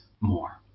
More